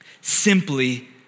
Simply